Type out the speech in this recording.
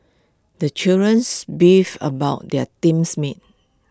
the children's beefed about their teams mates